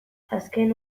azken